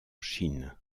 chine